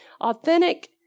Authentic